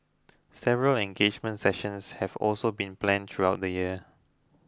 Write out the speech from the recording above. several engagement sessions have also been planned throughout the year